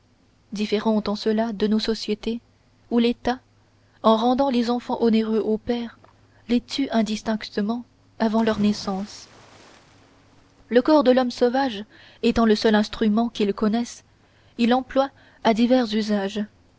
différente en cela de nos sociétés où l'état en rendant les enfants onéreux aux pères les tue indistinctement avant leur naissance le corps de l'homme sauvage étant le seul instrument qu'il connaisse il l'emploie à divers usages